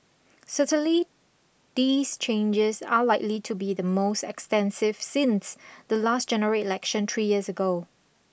certainly these changes are likely to be the most extensive since the last General Election three years ago